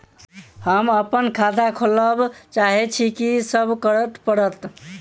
हम अप्पन खाता खोलब चाहै छी की सब करऽ पड़त?